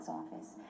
office